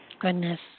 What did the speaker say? Goodness